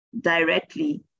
directly